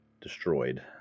destroyed